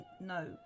No